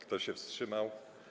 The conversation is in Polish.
Kto się wstrzymał?